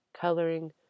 coloring